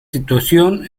situación